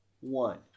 one